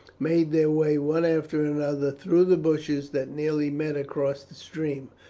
made their way one after another through the bushes that nearly met across the stream.